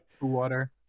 water